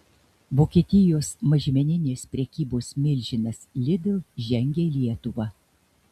vokietijos mažmeninės prekybos milžinas lidl žengia į lietuvą